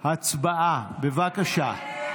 הצבעה, בבקשה.